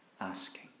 asking